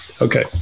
Okay